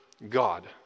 God